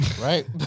Right